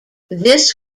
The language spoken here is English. this